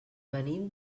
venim